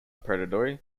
predatory